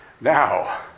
Now